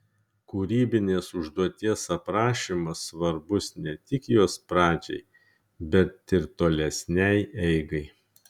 kūrybinės užduoties aprašymas svarbus ne tik jos pradžiai bet ir tolesnei eigai